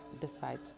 decide